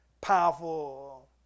powerful